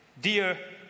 dear